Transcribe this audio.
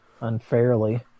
unfairly